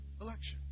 election